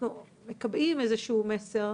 אנחנו מקבעים איזה שהוא מסר